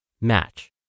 match